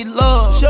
love